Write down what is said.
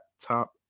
top